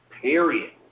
Period